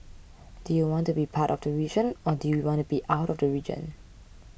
do you want to be part of the region or do you want to be out of the region